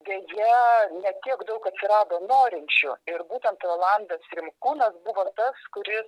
deja ne tiek daug atsirado norinčių ir būtent rolandas rimkūnas buvo tas kuris